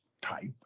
type